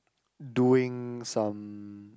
doing some